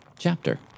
Chapter